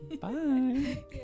bye